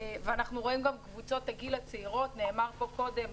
ואנחנו רואים גם את קבוצות הגיל הצעירות נאמר פה קודם,